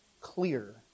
clear